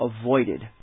avoided